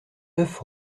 neuf